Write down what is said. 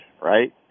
right